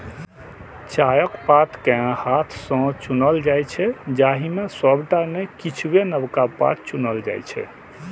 चायक पात कें हाथ सं चुनल जाइ छै, जाहि मे सबटा नै किछुए नवका पात चुनल जाइ छै